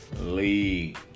league